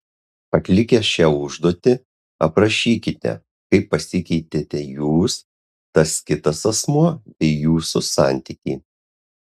atlikę šią užduotį aprašykite kaip pasikeitėte jūs tas kitas asmuo bei jūsų santykiai